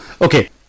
Okay